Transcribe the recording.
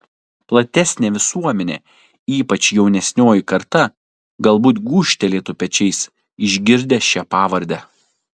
platesnė visuomenė ypač jaunesnioji karta galbūt gūžtelėtų pečiais išgirdę šią pavardę